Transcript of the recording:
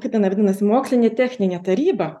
kaip jinai vadinasi mokslinę techninę tarybą